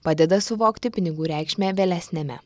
padeda suvokti pinigų reikšmę vėlesniame